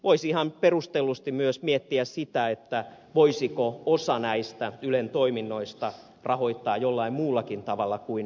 voisi ihan perustellusti myös miettiä sitä voisiko osan näistä ylen toiminnoista rahoittaa jollain muullakin tavalla kuin mediamaksulla